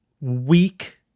weak